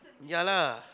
yeah lah